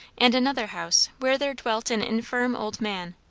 and another house where there dwelt an infirm old man.